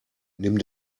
nimm